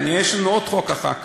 יש לנו עוד חוק אחר כך,